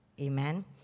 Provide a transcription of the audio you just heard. Amen